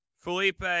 Felipe